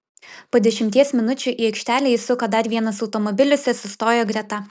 po dešimties minučių į aikštelę įsuko dar vienas automobilis ir sustojo greta